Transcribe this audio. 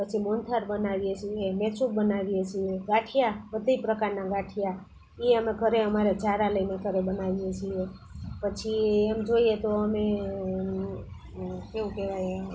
પછી મોહનથાળ બનાવીએ છીએ મૈસુર બનાવીએ છીએ ગાંઠિયા બધી પ્રકારના ગાંઠિયા એ અમે ઘરે અમારે ઝારા લઈને ઘરે બનાવીએ છીએ પછી એમ જોઈએ તો અમે કેવું કહેવાય